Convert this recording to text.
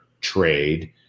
trade